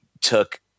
took